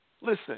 listen